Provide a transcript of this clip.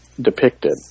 depicted